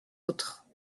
autres